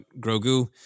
Grogu